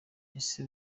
ese